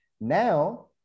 now